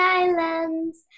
islands